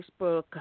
Facebook